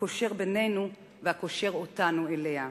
הקושר בינינו וקושר אותנו אליה: